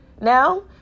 Now